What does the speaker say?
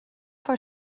for